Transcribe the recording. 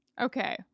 Okay